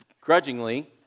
grudgingly